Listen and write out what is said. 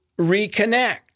reconnect